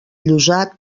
llosat